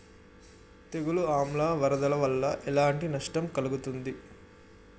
తెగులు ఆమ్ల వరదల వల్ల ఎలాంటి నష్టం కలుగుతది?